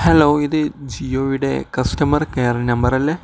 hello ഇത് ജിയോയുടെ customer care നമ്പറല്ലേ